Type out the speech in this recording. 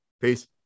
peace